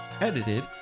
edited